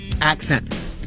accent